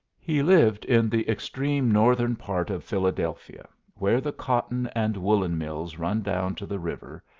he lived in the extreme northern part of philadelphia, where the cotton and woollen mills run down to the river,